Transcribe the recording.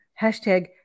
Hashtag